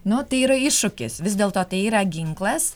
nu tai yra iššūkis vis dėlto tai yra ginklas